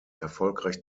erfolgreich